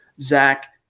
Zach